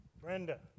Brenda